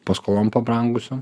paskolom pabrangusiom